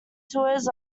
tours